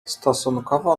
stosunkowo